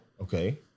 Okay